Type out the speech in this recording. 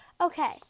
Okay